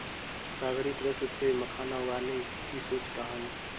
सागरीय कृषि से मखाना उगाने की सोच रहा हूं